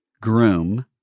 groom